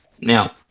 now